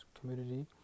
community